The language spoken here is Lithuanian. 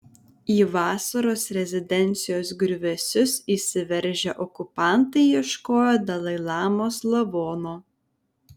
į vasaros rezidencijos griuvėsius įsiveržę okupantai ieškojo dalai lamos lavono